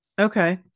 Okay